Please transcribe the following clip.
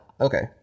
Okay